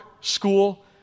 school